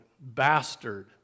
bastard